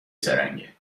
زرنگه